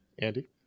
Andy